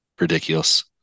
ridiculous